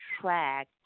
track